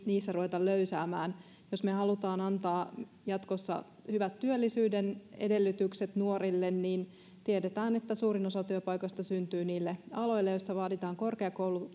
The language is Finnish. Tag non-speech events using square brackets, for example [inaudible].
[unintelligible] niissä ruveta löysäämään jos me haluamme antaa jatkossa hyvät työllisyyden edellytykset nuorille niin koska tiedetään että suurin osa työpaikoista syntyy niille aloille joissa vaaditaan korkeakoulutusta